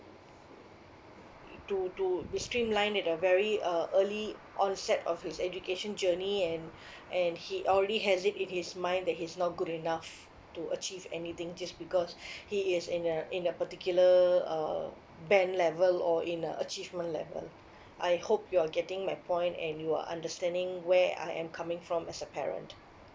to to be streamlined at a very uh early onset of his education journey and and he already has it in his mind that he's not good enough to achieve anything just because he is in a in a particular uh band level or in a achievement level I hope you're getting my point and you are understanding where I am coming from as a parent